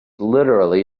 literally